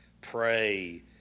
pray